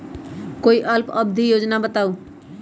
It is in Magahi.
कोई अल्प अवधि योजना बताऊ?